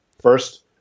first